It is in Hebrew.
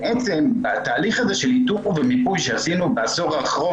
בתהליך המיפוי שעשינו בעשור האחרון